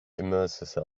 immerse